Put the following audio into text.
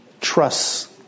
trusts